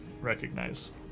recognize